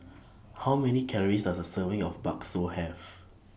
How Many Calories Does A Serving of Bakso Have